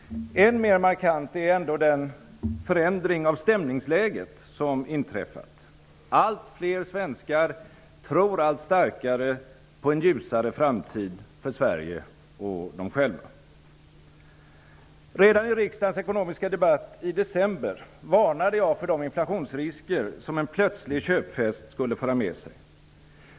Än mer markant är ändå den förändring av stämningsläget som inträffat. Allt flera svenskar tror allt starkare på en ljusare framtid för Sverige och dem själva. Redan i riksdagens ekonomiska debatt i december varnade jag för de inflationsrisker som en plötslig köpfest skulle föra med sig.